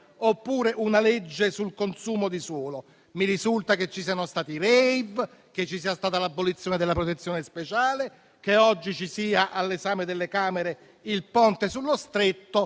oppure una legge sul consumo di suolo. Mi risulta che ci sia stata una legge contro i *rave*, che ci sia stata l'abolizione della protezione speciale e che oggi sia all'esame delle Camere il Ponte sullo Stretto,